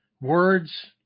Words